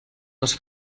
les